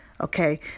Okay